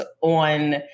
on